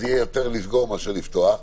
זה יהיה יותר לסגור מאשר לפתוח.